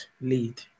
lead